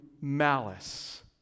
malice